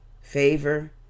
favor